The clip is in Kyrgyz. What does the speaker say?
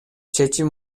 чечим